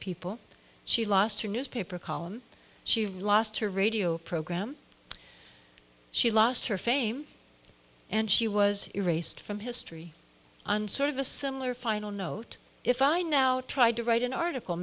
people she lost her newspaper column she lost her radio program she lost her fame and she was erased from history and sort of a similar final note if i now try to write an article